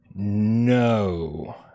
No